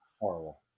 Horrible